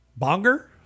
Bonger